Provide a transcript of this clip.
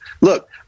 Look